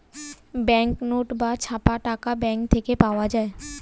bank note বা ছাপা টাকা ব্যাঙ্ক থেকে পাওয়া যায়